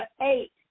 eight